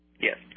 Yes